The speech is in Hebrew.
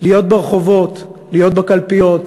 להיות ברחובות, להיות בקלפיות,